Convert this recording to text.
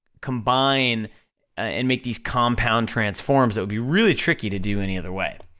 combine and make these compound transforms that would be really tricky to do any other way.